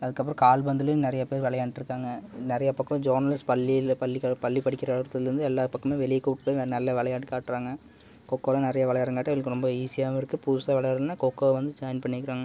அதுக்கப்புறம் கால்பந்துலையும் நிறைய பேர் விளையாண்டு இருக்காங்கள் நிறைய பக்கம் ஜோன்ஸ் பள்ளியில பள்ளி க பள்ளி படிக்கிற இடத்திலருந்து எல்லா பக்கமும் வெளியே கூப்பிட்டு நல்ல விளையாட்டு காட்டுறாங்க கொக்கோலாம் நிறைய விளையாட்டு காட்டி அவங்களுக்கு ரொம்ப ஈஸியாகவும் இருக்குது புதுசாக விளையாடணும்னால் கொக்கோ வந்து ஜாயின் பண்ணிக்கிறாங்க